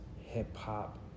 hip-hop